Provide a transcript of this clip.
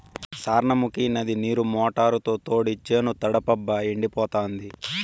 సార్నముకీ నది నీరు మోటారుతో తోడి చేను తడపబ్బా ఎండిపోతాంది